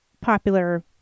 popular